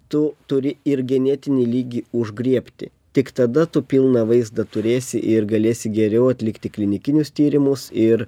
tu turi ir genetinį lygį užgriebti tik tada tu pilną vaizdą turėsi ir galėsi geriau atlikti klinikinius tyrimus ir